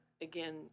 again